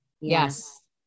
Yes